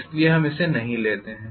इसीलिए हम इसे नहीं लेते है